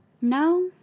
No